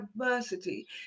adversity